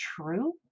true